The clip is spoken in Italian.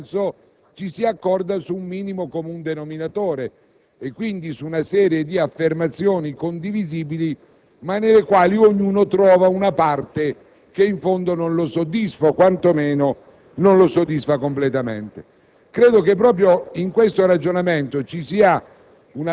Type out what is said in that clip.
che per voler giustamente acquisire il massimo del consenso si accorda sul minimo comune denominatore e quindi su una serie di affermazioni condivisibili, ma nelle quali ognuno trova una parte che in fondo non lo soddisfa o quanto meno non lo soddisfa completamente.